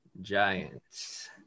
Giants